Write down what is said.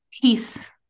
peace